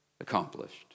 accomplished